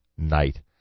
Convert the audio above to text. night